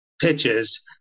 pitches